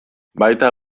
baita